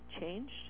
changed